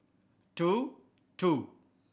two two